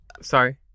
Sorry